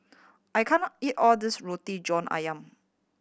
I can't eat all of this Roti John Ayam